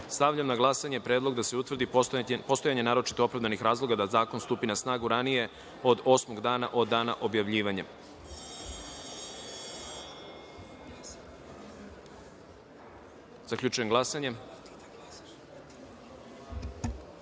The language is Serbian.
glasanju. Stavljam na glasanje predlog da se utvrdi postojanje naročito opravdanih razloga da zakon stupi na snagu ranije od osmog dana od dana objavljivanja. Zaključujem glasanje